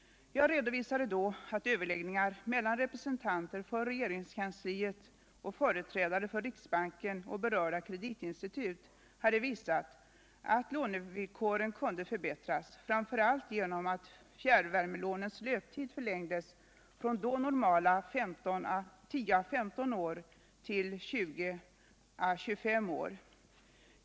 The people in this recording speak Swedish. Jag redovisade då att överläggningar mellan representanter för regeringskansliet och företrädare för riksbanken och berörda kreditinstitut hade visat att lånevillkoren kunde förbättras, framför allt genom att fjärrvärmelånens löptid förlängdes från då normala 10 å 15 år till 20 å 25 år.